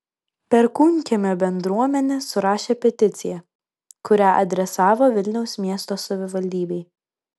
perkūnkiemio bendruomenė surašė peticiją kurią adresavo vilniaus miesto savivaldybei